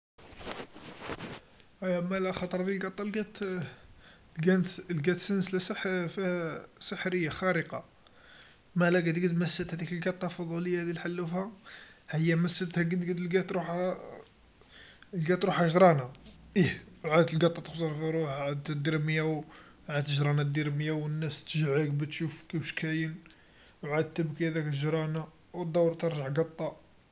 أيا مالا خطرا ذي القط تلقطت، لقات لقات سنسلا صح فيها سحريا خارقه، مالا قد قد مست هاذيك القطه الفضوليه الحلوفا، هي مستها قد قد لقات روحها لقات روحها جرانا، إيه عادت القطه تخزر في روحها عاد تدير مياو، عاد جرانا دير مياو ناس عاقبه تشوف واش كاين؟ عاد تبكي هاذيك الجرانا و دور ترجع قطه.